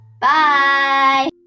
bye